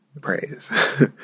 praise